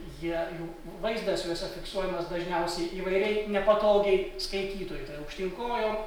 jie jų vaizdas juose fiksuojamas dažniausiai įvairiai nepatogiai skaitytojui tai aukštyn kojom